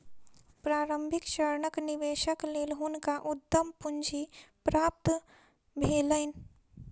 प्रारंभिक चरणक निवेशक लेल हुनका उद्यम पूंजी प्राप्त भेलैन